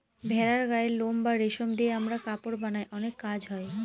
ভেড়ার গায়ের লোম বা রেশম দিয়ে আমরা কাপড় বানায় অনেক কাজ হয়